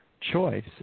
choice